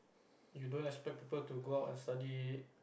you don't expect people to go out and study